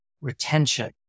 retention